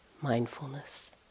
mindfulness